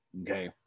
okay